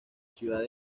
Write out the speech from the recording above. ciudad